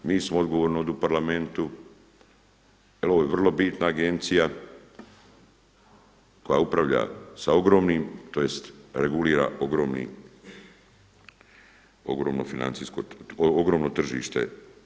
Mi smo odgovorni ovdje u Parlamentu jer ovo je vrlo bitna agencija koja upravlja sa ogromnim, tj. regulira ogromno financijsko, ogromno tržište.